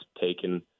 taken